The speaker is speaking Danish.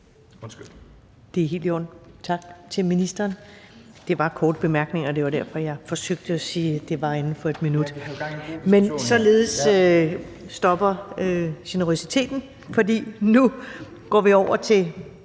(Karen Ellemann): Tak til ministeren. Det var korte bemærkninger, og det var derfor, jeg forsøgte at sige, at det var inden for 1 minut, men således stopper generøsiteten, for nu går vi over til